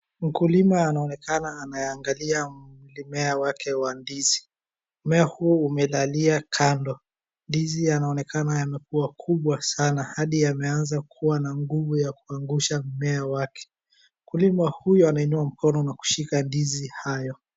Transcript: Mkulima anaonekana ameangalia mmea wake wa ndizi. Mmea huu umelalia kando. Ndizi yanaonekana yamekuwa kubwa sana hadiyameanza kukua na nguvu ya kuangusha mmea wake. Mkulima huyo ameinua mkono na kushika ndizi hayo.